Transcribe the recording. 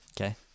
Okay